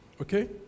Okay